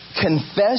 Confess